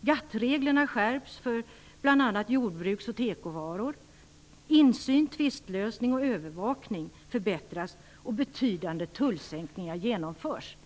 GATT-reglerna skärps bl.a. för jordbruks och tekovaror. Insyn, tvistlösning och övervakning förbättras och betydande tullsänkningar genomförs.